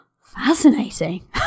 fascinating